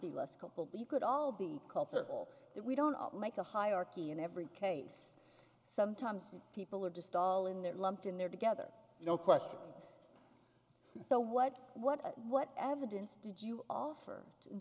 but you could all be culpable that we don't make a hierarchy in every case sometimes people are just all in their lumped in there together no question so what what what evidence did you offer in